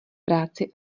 práci